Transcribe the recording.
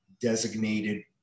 designated